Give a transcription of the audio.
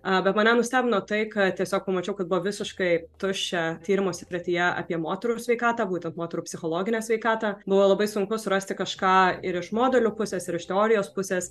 bet mane nustebino tai kad tiesiog pamačiau kad buvo visiškai tuščia tyrimų srityje apie moterų sveikatą būtent moterų psichologinę sveikatą buvo labai sunku surasti kažką ir iš modulių pusės ir iš teorijos pusės